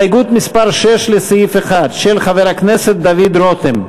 הסתייגות מס' 6, לסעיף 1, של חבר הכנסת דוד רותם,